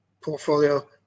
portfolio